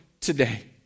today